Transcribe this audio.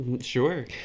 Sure